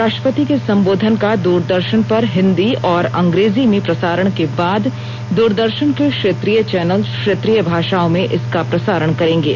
राष्ट्रपति के संबोधन का दूरदर्शन पर हिन्दी और अंग्रेजी में प्रसारण के बाद दूरदर्शन के क्षेत्रीय चैनल क्षेत्रीय भाषाओं में इसका प्रसारण करेंगे